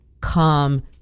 come